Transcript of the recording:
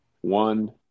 one